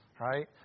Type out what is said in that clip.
Right